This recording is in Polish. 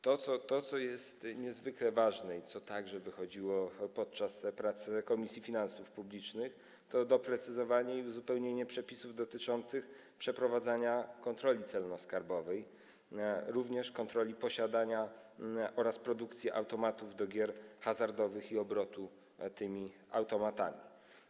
To, co jest niezwykle ważne i co także pojawiło się podczas prac Komisji Finansów Publicznych, to doprecyzowanie i uzupełnienie przepisów dotyczących przeprowadzania kontroli celno-skarbowej, również kontroli posiadania oraz produkcji automatów do gier hazardowych i obrotu tymi automatami.